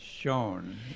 shown